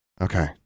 Okay